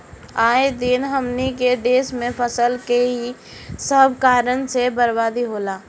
आए दिन हमनी के देस में फसल के एही सब कारण से बरबादी होला